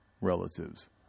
relatives